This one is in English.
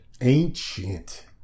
Ancient